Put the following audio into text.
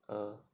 uh